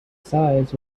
sides